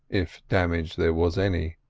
if damage there was any.